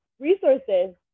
resources